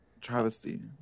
travesty